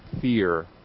fear